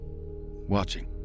watching